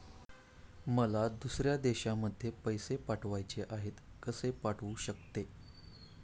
मला दुसऱ्या देशामध्ये पैसे पाठवायचे आहेत कसे पाठवू शकते?